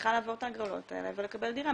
מצליחה לעבור את ההגרלות האלה ולקבל דירה?